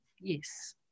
yes